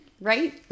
Right